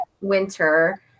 winter